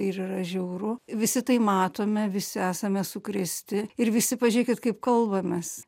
ir yra žiauru visi tai matome visi esame sukrėsti ir visi pažiūrėkit kaip kalbamės